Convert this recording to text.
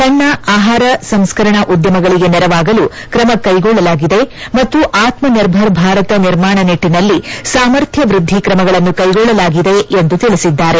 ಸಣ್ಣ ಆಹಾರ ಸಂಸ್ಕರಣಾ ಉದ್ಯಮಗಳಿಗೆ ನೆರವಾಗಲು ಕ್ರಮ ಕೈಗೊಳ್ಳಲಾಗಿದೆ ಮತ್ತು ಆತ್ಮನಿರ್ಭರ್ ಭಾರತ ನಿರ್ಮಾಣ ನಿಟ್ಟಿನಲ್ಲಿ ಸಾಮರ್ಥ್ಯವೃದ್ದಿ ಕ್ರಮಗಳನ್ನು ಕೈಗೊಳ್ಳಲಾಗಿದೆ ಎಂದು ತಿಳಿಸಿದ್ದಾರೆ